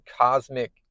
cosmic